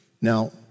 Now